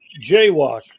jaywalk